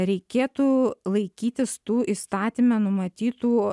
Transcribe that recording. reikėtų laikytis tų įstatyme numatytų